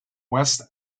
west